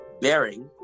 bearing